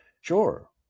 Sure